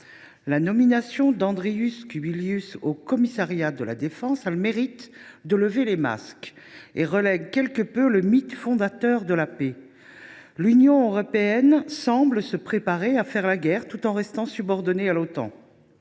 La nomination d’Andrius Kubilius au commissariat à la défense a le mérite de lever les masques et relègue quelque peu le « mythe fondateur de la paix ». L’Union européenne semble se préparer à faire la guerre, tout en restant subordonnée à l’Otan.